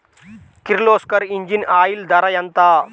Kirloskar engine oil ధర ఎంత?